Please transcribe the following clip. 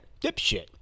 dipshit